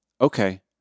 Okay